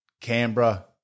Canberra